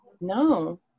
No